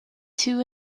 two